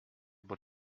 but